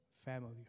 family